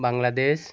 Bangladesh